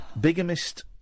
Bigamist